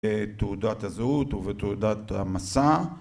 תעודת הזהות ותעודת המסע